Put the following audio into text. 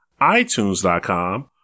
itunes.com